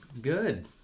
Good